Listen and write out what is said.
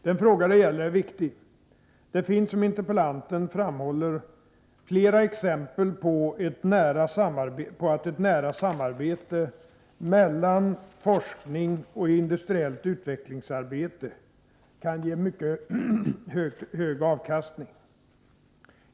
Den fråga det gäller är viktig. Det finns, som interpellanten framhåller, flera exempel på att ett nära samarbete mellan forskning och industriellt utvecklingsarbete kan ge mycket hög avkastning.